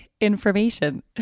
information